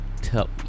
tell